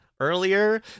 earlier